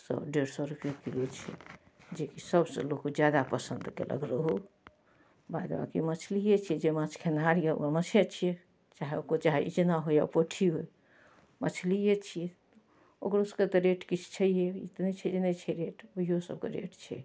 डेढ़ सौ रुपैए किलो छै जे सबसँ लोक जादा पसन्द कएलक रोहु बाद बाँकि मछलिए छै जे माँछ खेनिहार यऽ ओहो माँछे छिए चाहे ओकर इचना होइ चाहे पोठी होइ मछलिए छिए ओकरो सबके तऽ रेट किछु छैहे ई तऽ नहि छै जे नहि छै रेट ओहिओ सबके रेट छै